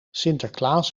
sinterklaas